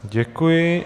Děkuji.